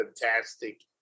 fantastic